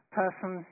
person